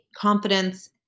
confidence